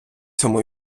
цьому